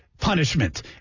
punishment